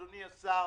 אדוני השר,